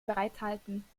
bereithalten